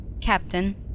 Captain